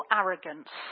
arrogance